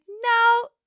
no